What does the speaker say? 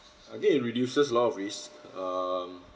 I guess it reduces a lot of risk um